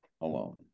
alone